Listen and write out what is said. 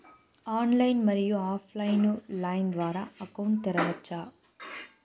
Online, మరియు offline line ద్వారా account తెరవచ్చా?